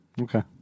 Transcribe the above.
Okay